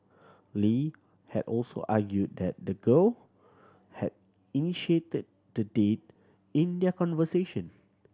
Lee had also argued that the girl had initiated the date in their conversation